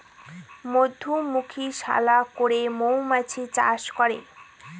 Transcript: মধুমক্ষিশালা করে মৌমাছি চাষ করে